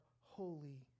holy